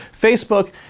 Facebook